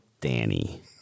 Danny